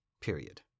period